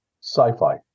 Sci-fi